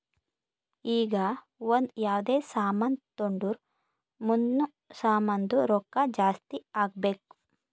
ಈಗ ಒಂದ್ ಯಾವ್ದೇ ಸಾಮಾನ್ ತೊಂಡುರ್ ಮುಂದ್ನು ಸಾಮಾನ್ದು ರೊಕ್ಕಾ ಜಾಸ್ತಿ ಆಗ್ಬೇಕ್